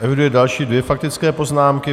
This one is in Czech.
Eviduji další dvě faktické poznámky.